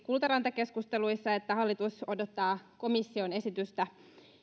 kultaranta keskusteluissa että hallitus odottaa komission esitystä